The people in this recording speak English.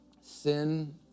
Sin